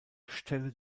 stelle